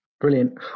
Brilliant